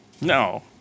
No